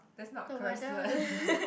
that's not correct word